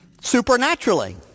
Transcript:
Supernaturally